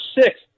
six